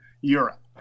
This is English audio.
europe